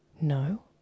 no